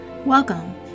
Welcome